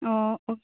ꯑꯣ ꯑꯣ